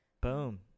Boom